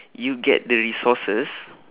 you get the resources